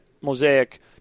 Mosaic